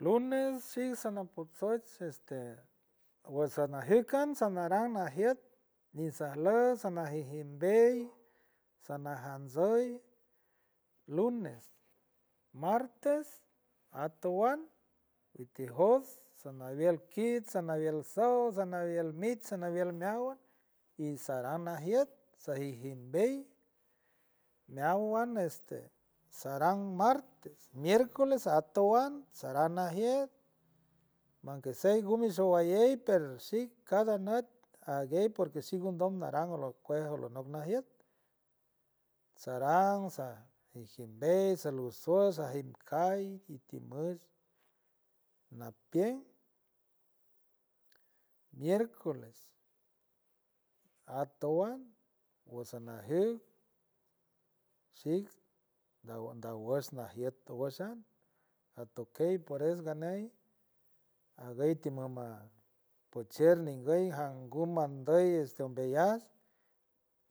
Lunes xik sanapotsojts este wasanajitca sanaranj majiet nisajlut sanajijitbiemy sanaj ansuy, lunes, martes atowan tijoots sanadiel kits, sanadiel saw, sanadiel mich, sanadiel meowan y saran najierts sajit jit mbey meowan este sarang martes, miercoles atowan saran najier manquie shiew gumo shoayey per xik cada nuty aguey por que xic ungo nodom arang cuj alo na majier saran sar mbey salut jost sajit key nguy lajt piemp miercoles atowan wasonajout xik nawush najiet tu wushan atokey por eso ganuy aguey timbaba potchier nguy jangu mboy este umbeyuts